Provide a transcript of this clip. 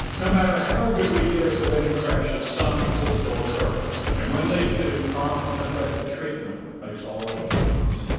no matter how good we get at preventing crashes, some will still occur. and when they do, prompt and effective treatment makes all the difference.